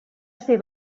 ser